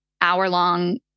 hour-long